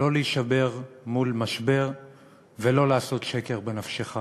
לא להישבר מול משבר ולא לעשות שקר בנפשך.